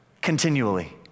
continually